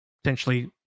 Potentially